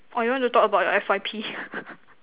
or you want to talk about your F_Y_P